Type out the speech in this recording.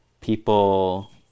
people –